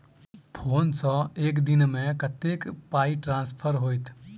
Phone सँ एक दिनमे कतेक पाई ट्रान्सफर होइत?